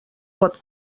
pot